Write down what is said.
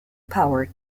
power